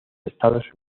estados